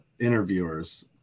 interviewers